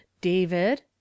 David